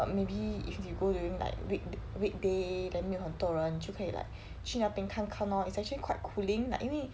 but maybe if you go during like week weekday then 没有很多人就可以 like 去那边看看 lor it's actually quite cooling like 因为